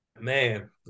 Man